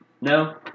no